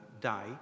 die